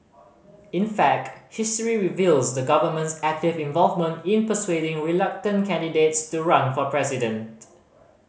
in fact history reveals the government's active involvement in persuading reluctant candidates to run for president